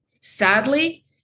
Sadly